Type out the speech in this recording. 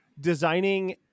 designing